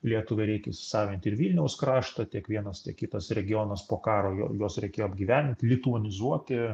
lietuvai reikia įsisavint ir vilniaus kraštą tiek vienas kitas regionas po karo juo juos reikėjo apgyvendint lituanizuoti